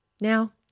Now